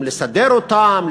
לסדר אותם,